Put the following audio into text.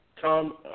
Tom